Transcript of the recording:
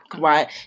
right